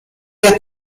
der